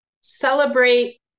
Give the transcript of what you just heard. celebrate